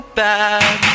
bad